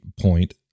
point